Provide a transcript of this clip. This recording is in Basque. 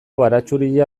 baratxuria